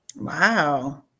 Wow